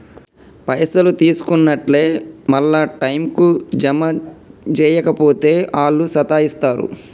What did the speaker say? పైసలు తీసుకున్నట్లే మళ్ల టైంకు జమ జేయక పోతే ఆళ్లు సతాయిస్తరు